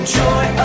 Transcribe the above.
joy